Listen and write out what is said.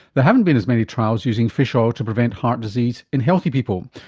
there haven't been as many trials using fish oil to prevent heart disease in healthy people.